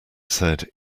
said